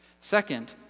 Second